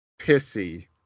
Pissy